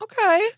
Okay